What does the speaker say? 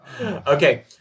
Okay